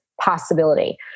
possibility